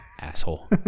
Asshole